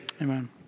Amen